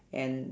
and